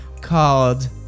called